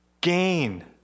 gain